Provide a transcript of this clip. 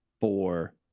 four